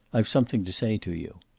i've something to say to you.